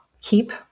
keep